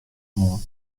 hân